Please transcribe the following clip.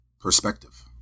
Perspective